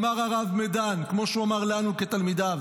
אמר הרב מדן, כמו שהוא אמר לנו, כתלמידיו,